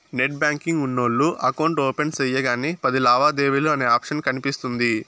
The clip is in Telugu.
నెట్ బ్యాంకింగ్ ఉన్నోల్లు ఎకౌంట్ ఓపెన్ సెయ్యగానే పది లావాదేవీలు అనే ఆప్షన్ కనిపిస్తుంది